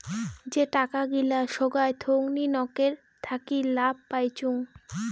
যে টাকা গিলা সোগায় থোঙনি নকের থাকি লাভ পাইচুঙ